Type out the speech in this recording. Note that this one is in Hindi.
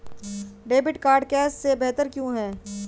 डेबिट कार्ड कैश से बेहतर क्यों है?